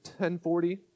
1040